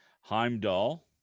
Heimdall